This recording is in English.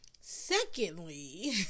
Secondly